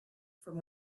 from